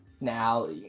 Now